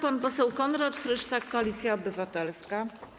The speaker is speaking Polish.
Pan poseł Konrad Frysztak, Koalicja Obywatelska.